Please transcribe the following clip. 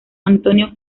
antonio